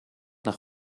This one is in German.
nach